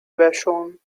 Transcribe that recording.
vashon